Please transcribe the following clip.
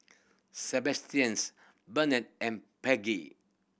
Sebastians Burnett and Paige